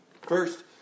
First